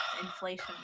inflation